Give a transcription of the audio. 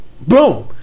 boom